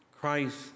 Christ